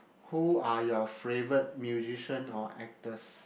who are you favorite musician or actors